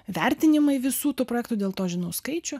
vertinimai visų tų projektų dėl to žinau skaičių